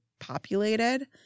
populated